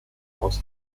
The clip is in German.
aus